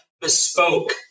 bespoke